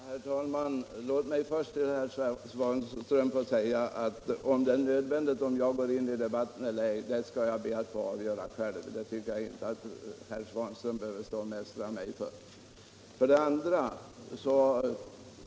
Herr talman! Låt mig först till herr Svanström få säga att jag skall be att få avgöra själv om det är nödvändigt att jag går in i debatten. Det tycker jag inte herr Svanström skall mästra mig för.